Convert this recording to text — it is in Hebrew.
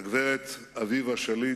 הגברת אביבה שליט,